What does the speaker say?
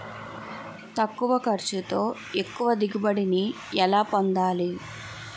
తక్కువ ఖర్చుతో ఎక్కువ దిగుబడి ని ఎలా పొందాలీ?